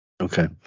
Okay